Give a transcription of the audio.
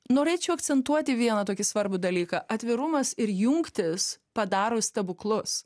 norėčiau akcentuoti vieną tokį svarbų dalyką atvirumas ir jungtys padaro stebuklus